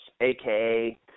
aka